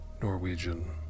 Norwegian